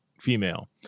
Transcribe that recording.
female